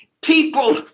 People